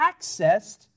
accessed